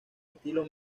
estilo